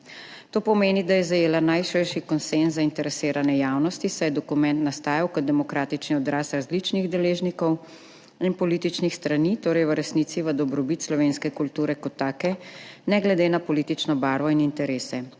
To pomeni, da je zajela najširši konsenz zainteresirane javnosti, saj je dokument nastajal kot demokratični odraz različnih deležnikov in političnih strani, torej v resnici v dobrobit slovenske kulture kot take, ne glede na politično barvo in interese.